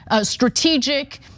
strategic